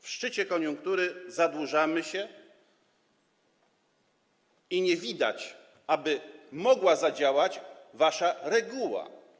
W szczycie koniunktury zadłużamy się i nie widać, aby mogła zadziałać wasza reguła.